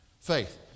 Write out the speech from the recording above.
faith